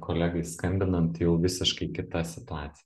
kolegai skambinant jau visiškai kita situacija